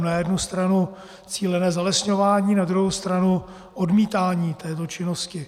Na jednu stranu cílené zalesňování, na druhou stranu odmítání této činnosti.